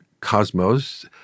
cosmos